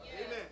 amen